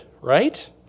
right